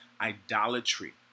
idolatry